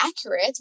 accurate